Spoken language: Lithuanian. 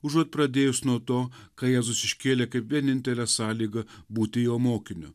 užuot pradėjus nuo to ką jėzus iškėlė kaip vienintelę sąlygą būti jo mokiniu